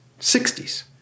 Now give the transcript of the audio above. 60s